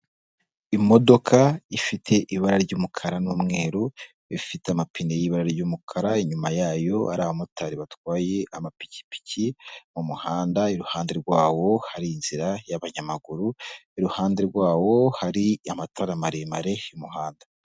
Imodoka ifite ibara ry'umukara n'umweru, ifite amapine y'ibara ry'umukara, inyuma yayo hari abamotari batwaye amapikipiki mu muhanda, iruhande rwawo hari inzira y'abanyamaguru, iruhande rwawo hari amatara maremare y'umuhanda.